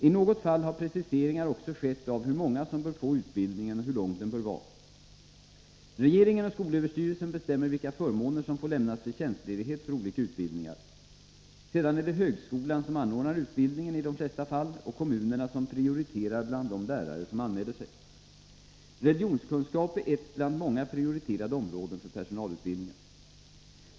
I något fall har preciseringar också skett av hur många som bör få utbildningen och hur lång den bör vara. Regeringen och skolöverstyrelsen bestämmer vilka förmåner som får lämnas vid tjänstledighet för olika utbildningar. Sedan är det högskolan som anordnar utbildningen och kommunerna som prioriterar bland de lärare som anmäler sig. Religionskunskap är ett bland många prioriterade områden för personalutbildningen.